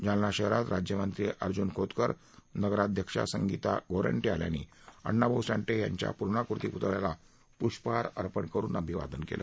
जालना शहरात राज्यमंत्री अर्जुन खोतकर नगराध्यक्षा संगीता गोरंट्याल यांनी अण्णा भाऊ साठे यांच्या पूर्णाकृती पुतळ्यास पुष्पहार अर्पण करून अभिवादन केलं